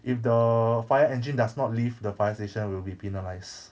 if the fire engine does not leave the fire station we will be penalised